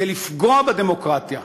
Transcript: זה לפגוע בדמוקרטיה.